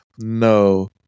no